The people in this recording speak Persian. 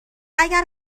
اگر